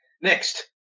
next